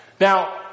Now